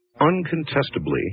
uncontestably